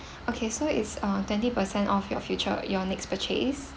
okay so it's uh twenty percent off your future your next purchase